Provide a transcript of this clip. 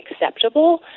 acceptable